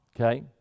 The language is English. Okay